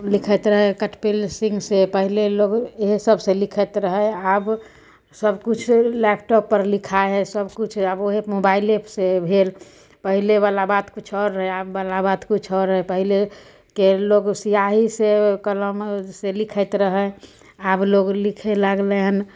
लिखैत रहै कठपेन्सिल से पहिले लोग इहे सबसे लिखैत रहै आब सब किछु लैपटॉप पर लिखाइ हइ सब किछु आब वएह मोबाइले से भेल पहिले बाला बात किछु आओर रहै आब बाला बात किछु आओर हइ पहिलेके लोग सिआही से कलम से लिखैत रहै आब लोग लिखै लागलै हन